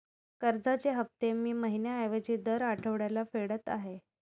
कर्जाचे हफ्ते मी महिन्या ऐवजी दर आठवड्याला फेडत आहे